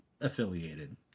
affiliated